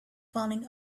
falling